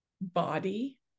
body